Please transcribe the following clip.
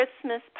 Christmas